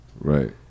Right